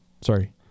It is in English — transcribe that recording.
Sorry